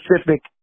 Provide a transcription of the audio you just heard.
specific